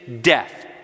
death